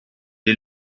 est